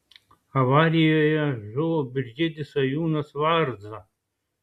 avarijoje žuvo biržietis svajūnas varza